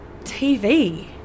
TV